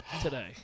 today